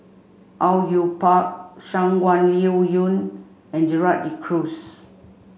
Au Yue Pak Shangguan Liuyun and Gerald De Cruz